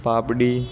પાપડી